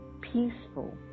peaceful